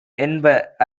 என்ப